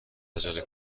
عجله